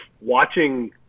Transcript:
watching